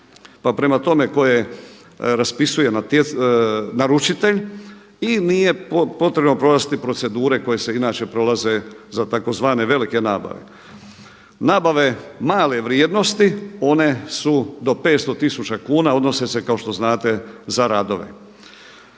pa prema tome koje raspisuje naručitelj i nije potrebno provesti procedure koje se inače prolaze za tzv. velike nabave. Nabave male vrijednosti one su do 500 tisuća kuna, odnosne se kao što znate za radove.